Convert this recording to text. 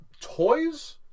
toys